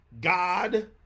God